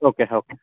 okay okay